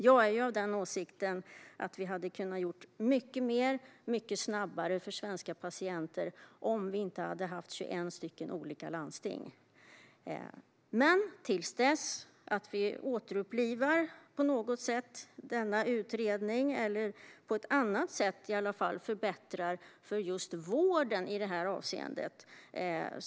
Jag är av den åsikten att vi hade kunnat göra mycket mer, mycket snabbare för svenska patienter om vi inte hade haft 21 olika landsting. Men till dess bör vi på något sätt återuppliva denna utredning eller på annat sätt i alla fall förbättra för vården i detta avseende.